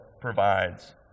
provides